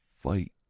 fight